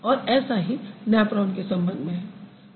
और ऐसा ही नैप्रॉन के संबंध में है